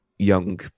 Young